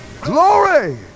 Glory